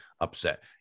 upset